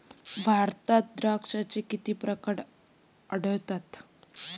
भारतात द्राक्षांचे किती प्रकार आढळतात?